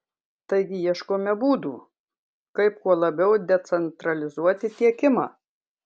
taigi ieškome būdų kaip kuo labiau decentralizuoti tiekimą